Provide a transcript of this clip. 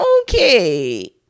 okay